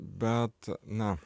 bet na